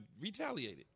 retaliated